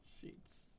Sheets